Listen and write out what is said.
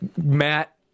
matt